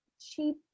cheap